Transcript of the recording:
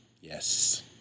Yes